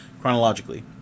chronologically